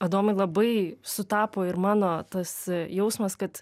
adomai labai sutapo ir mano tas jausmas kad